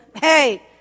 hey